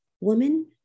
Woman